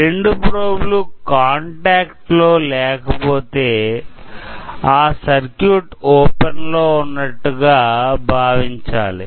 రెండు ప్రోబ్లూ కాంటాక్ట్ లో లేక పొతే ఆ సర్క్యూట్ ఓపెన్ లో ఉన్నట్లు గా భావించాలి